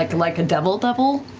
like like a devil devil?